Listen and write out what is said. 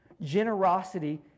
generosity